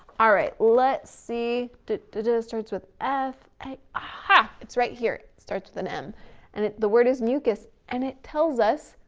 all right, let's see did did it starts with f, ha, it's right here, it starts with an m and the word is mucus and it tells us,